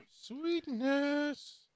Sweetness